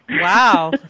Wow